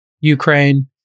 Ukraine